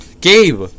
Gabe